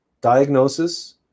diagnosis